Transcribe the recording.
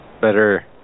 better